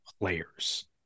players